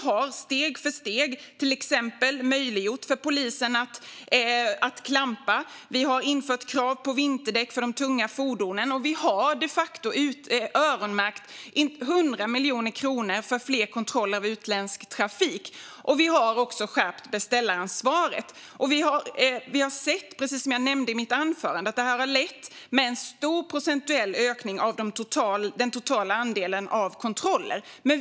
Vi har steg för steg till exempel möjliggjort för polisen att klampa. Vi har infört krav på vinterdäck för de tunga fordonen. Vi har de facto öronmärkt 100 miljoner kronor för fler kontroller av utländsk trafik. Vi har också skärpt beställaransvaret. Precis som jag nämnde i mitt anförande har vi sett att det här har lett till en stor procentuell ökning av den totala andelen av kontroller.